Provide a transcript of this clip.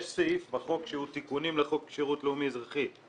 יש סעיף בחוק שהוא תיקונים לחוק שירות לאומי אזרחי,